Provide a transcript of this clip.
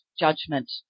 judgment